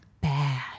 Bad